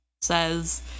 says